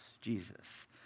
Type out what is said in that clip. Jesus